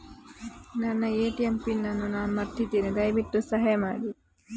ನನ್ನ ATM pin ಅನ್ನು ನಾನು ಮರ್ತಿದ್ಧೇನೆ, ದಯವಿಟ್ಟು ಸಹಾಯ ಮಾಡಿ